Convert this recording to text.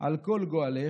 על כל גואלך.